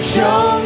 Show